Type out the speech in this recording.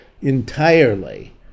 entirely